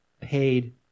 paid